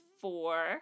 four